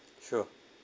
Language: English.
sure